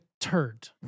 turd